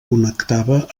connectava